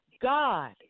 God